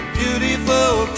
beautiful